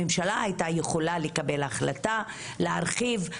הממשלה היתה יכולה לקבל החלטה להרחבה,